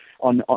on